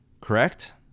Correct